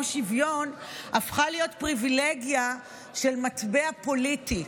שוויון הפכה להיות פריבילגיה של מטבע פוליטי?